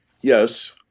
Yes